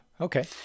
Okay